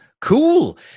Cool